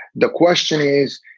the question is,